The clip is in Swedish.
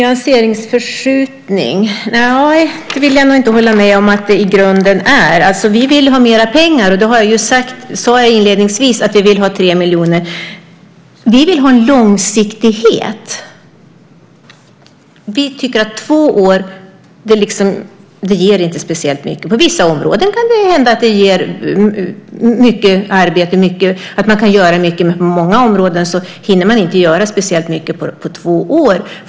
Herr talman! Jag vill nog inte hålla med om att det i grunden är en nyanseringsförskjutning. Vi vill ha mer pengar. Som jag sade inledningsvis vill vi ha 3 miljoner. Vi vill ha en långsiktighet. Två år ger inte speciellt mycket, tycker vi. På vissa områden kan det hända att man kan göra mycket, men på många områden hinner man inte göra speciellt mycket på två år.